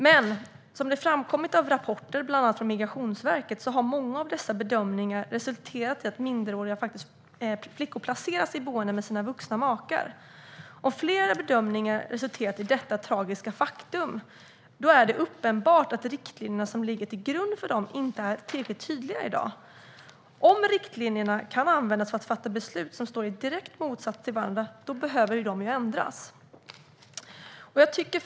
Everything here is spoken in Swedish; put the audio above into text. Men, som framkommit av rapporter från bland andra Migrationsverket, har många av dessa bedömningar resulterat i att minderåriga flickor placeras i boenden med sina vuxna makar. Om flera bedömningar har resulterat i detta tragiska faktum är det uppenbart att riktlinjerna som ligger till grund för dem inte är tillräckligt tydliga i dag. Om riktlinjerna kan användas för att fatta beslut som står i direkt motsats till varandra behöver de ändras. Herr talman!